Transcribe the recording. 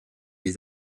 des